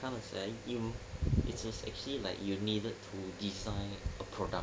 how do I say it's it's actually like you needed to design a product